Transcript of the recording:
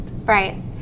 Right